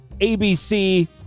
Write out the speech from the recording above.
ABC